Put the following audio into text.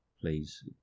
please